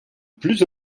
plus